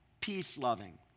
peace-loving